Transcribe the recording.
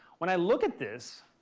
when i look at this,